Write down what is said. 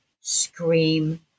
scream